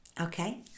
Okay